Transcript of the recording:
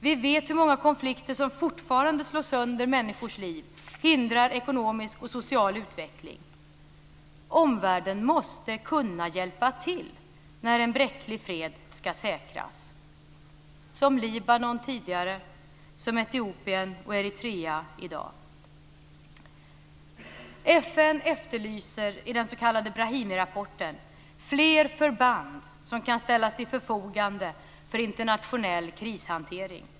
Vi vet hur många konflikter som fortfarande slår sönder människors liv och hindrar ekonomisk och social utveckling. Omvärlden måste kunna hjälpa till när en bräcklig fred ska säkras, som tidigare i Libanon och som i dag i Etiopien och Eritrea. FN efterlyser i den s.k. Brahimirapporten fler förband som kan ställas till förfogande för internationell krishantering.